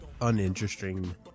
uninteresting